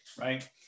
right